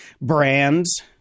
brands